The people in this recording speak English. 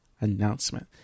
announcement